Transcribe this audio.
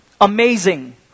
Amazing